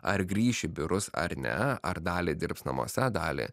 ar grįš į biurus ar ne ar dalį dirbs namuose dalį